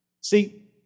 See